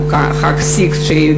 כמו חג הסיגד,